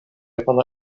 japana